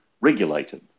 regulated